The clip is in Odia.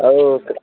ଆଉ